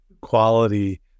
quality